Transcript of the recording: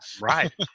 Right